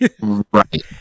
Right